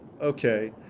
Okay